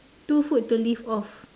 two food to live off